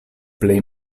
plej